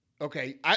Okay